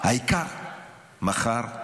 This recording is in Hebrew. העיקר מחר,